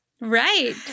Right